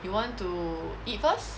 you want to eat first